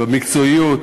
במקצועיות.